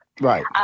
Right